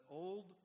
old